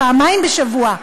פעמיים בשבוע,